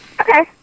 Okay